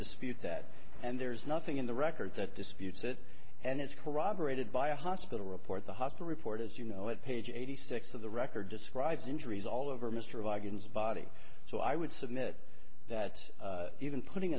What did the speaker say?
dispute that and there's nothing in the record that disputes it and it's corroborated by a hospital report the hospital report as you know it page eighty six of the record describes injuries all over mr vargas body so i would submit that even putting